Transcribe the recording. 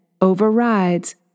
overrides